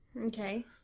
Okay